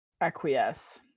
Acquiesce